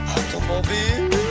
Automobile